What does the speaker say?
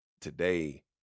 today